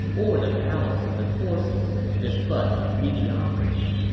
or the balance of the forces is but a mediocrity,